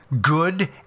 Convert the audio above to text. good